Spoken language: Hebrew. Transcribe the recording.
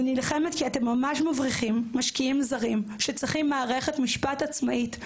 אני נלחמת כי אתם ממש מבריחים משקיעים זרים שצריכים מערכת משפט עצמאית,